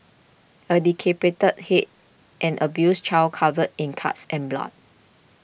a decapitated head an abused child covered in cuts and blood